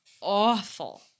awful